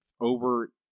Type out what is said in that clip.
over